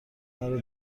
مرا